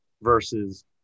versus